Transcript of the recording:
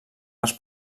els